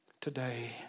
today